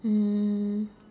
um